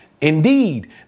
Indeed